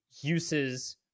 uses